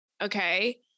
Okay